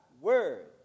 word